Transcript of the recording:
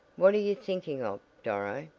what are you thinking of, doro?